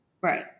right